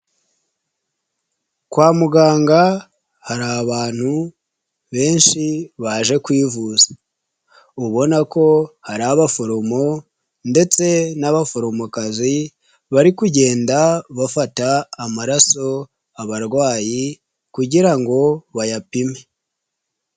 Kwa muganga hari abantu benshi baje kwivuza, ubona ko hari abaforomo ndetse n'abaforomokazi bari kugenda bafata amaraso abarwayi kugira ngo bayapime.